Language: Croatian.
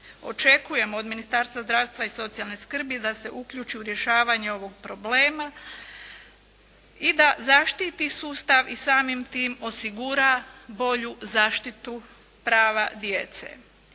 Očekujemo od Ministarstva zdravstva i socijalne skrbi da se uključi u rješavanje ovog problema i da zaštiti sustav i samim tim osigura bolju zaštitu prava djece.